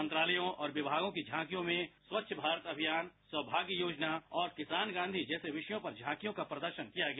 मंत्रालयों और विभागों की झांकियों में स्वच्छ भारत अभियान सौभाग्य योजना और किसान गांधी जैसे विषयों पर झांकियों का प्रदर्शन किया गया